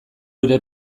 ere